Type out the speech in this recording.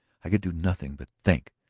i could do nothing but think.